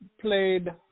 played